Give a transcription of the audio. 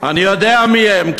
אני יודע מי הם.